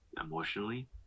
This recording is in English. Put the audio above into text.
emotionally